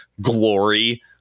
glory